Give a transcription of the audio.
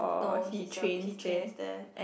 no he's a he trains there